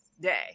day